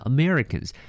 Americans